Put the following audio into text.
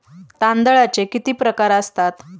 तांदळाचे किती प्रकार असतात?